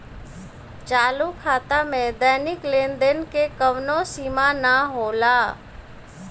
चालू खाता में दैनिक लेनदेन के कवनो सीमा ना होला